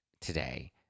today